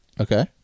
Okay